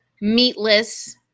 meatless